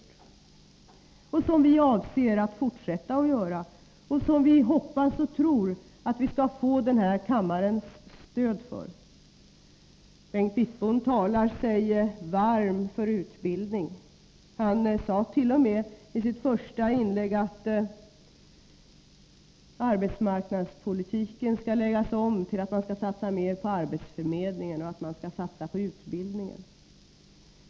Det är insatser som vi avser att fortsätta göra och som vi hoppas och tror att vi skall få den här kammarens stöd för. Bengt Wittbom talar sig varm för utbildning. Han sade tt.o.m. i sitt första inlägg att arbetsmarknadspolitiken skall läggas om, så att man satsar mer på arbetsförmedling och på utbildning.